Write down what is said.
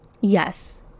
Yes